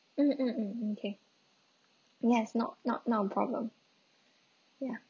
mm mm mm okay yes not not not a problem ya